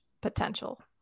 potential